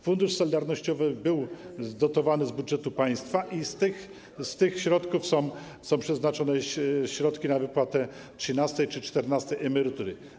Fundusz Solidarnościowy był dotowany z budżetu państwa i z tych środków są przeznaczone środki na wypłatę trzynastej czy czternastej emerytury.